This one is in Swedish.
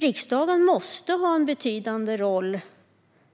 Riksdagen måste ha en betydande roll